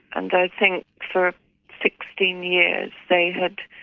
and i think for sixteen years they had